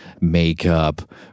makeup